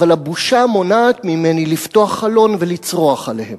אבל הבושה מונעת ממני לפתוח חלון ולצרוח עליהם.